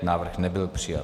Návrh nebyl přijat.